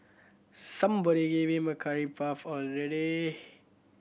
somebody give him a curry puff already